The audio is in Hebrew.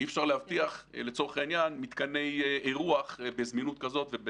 אי אפשר להבטיח לצורך העניין מתקני אירוח בזמינות כזאת.